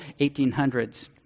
1800s